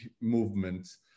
movements